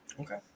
Okay